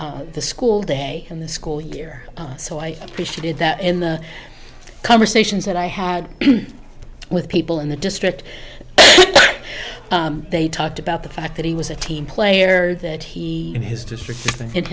the school day and the school year so i appreciated that in the conversations that i had with people in the district they talked about the fact that he was a team player that he and his district